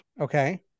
Okay